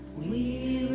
me